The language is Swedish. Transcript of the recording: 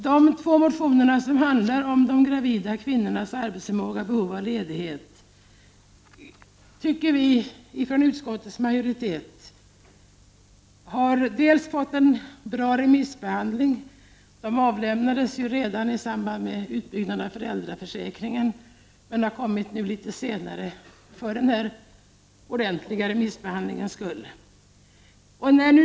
De två motioner som handlar om gravida kvinnors arbetsförmåga och behov av ledighet tycker vi från utskottsmajoritetens sida har fått en bra remissbehandling. De avlämnades redan i samband med utbyggnaden av föräldraförsäkringen, men har kommit nu litet senare för den här ordentliga remissbehandlingens skull.